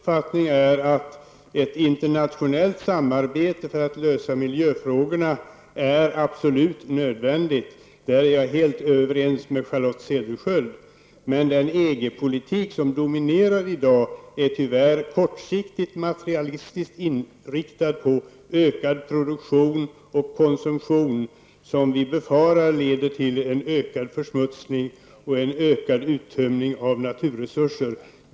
Fru talman! Miljöpartiets uppfattning är att ett internationellt samarbete för att lösa miljöproblemen är absolut nödvändigt. På den punkten är jag helt överens med Charlotte Cederschiöld. Men den EG-politik som i dag dominerar är tyvärr kortsiktigt materialistiskt inriktad på ökad produktion och konsumtion, som vi befarar leder till en ökad nedsmutsning och en ökad uttömning av naturresurser.